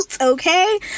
okay